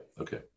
Okay